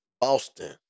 Boston